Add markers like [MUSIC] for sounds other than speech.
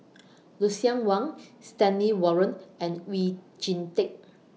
[NOISE] Lucien Wang Stanley Warren and Oon Jin Teik